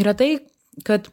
retai kad